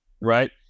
right